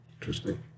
Interesting